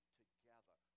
together